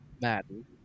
Madden